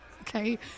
Okay